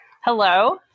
Hello